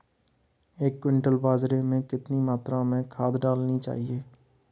एक क्विंटल बाजरे में कितनी मात्रा में खाद डालनी चाहिए?